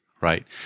right